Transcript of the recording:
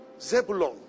zebulon